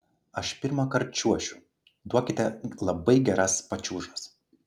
aš pirmąkart čiuošiu duokite labai geras pačiūžas